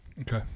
Okay